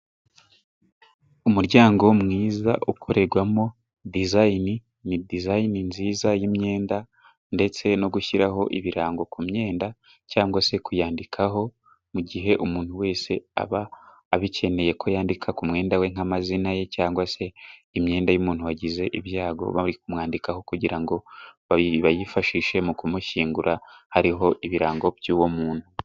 Umuryango mwiza ukorerwamo dizayini, ni dizayini nziza y'imyenda ndetse no gushyiraho ibirango ku myenda cyangwa se kuyandikaho mu gihe umuntu wese aba abikeneye ko yandika ku mwenda we nk'amazina ye, cyangwa se imyenda y'umuntu wagize ibyago, bari kumwandikaho, kugira ngo bayifashishe mu kumushyingura hariho ibirango by'uwo muntu.